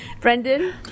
Brendan